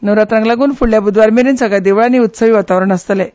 नवरात्रांक लागून फुडले बुधवार मेरेन सगल्या देवळांनी उत्सवी वातावरण आसतलें